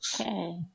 Okay